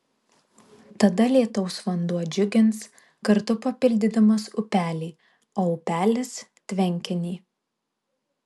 tada lietaus vanduo džiugins kartu papildydamas upelį o upelis tvenkinį